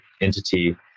entity